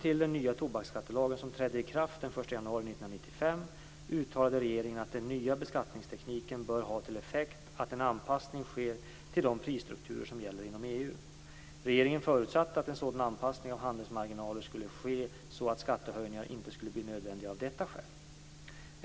1994/95:56, uttalade regeringen att den nya beskattningstekniken bör ha till effekt att en anpassning sker till de prisstrukturer som gäller inom EU. Regeringen förutsatte att en sådan anpassning av handelsmarginalerna skulle ske, så att skattehöjningar inte skulle bli nödvändiga av detta skäl.